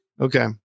okay